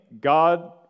God